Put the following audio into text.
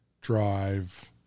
drive